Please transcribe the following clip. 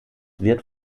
wird